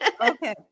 Okay